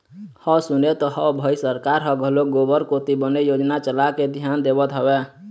हव सुने तो हव भई सरकार ह घलोक गोबर कोती बने योजना चलाके धियान देवत हवय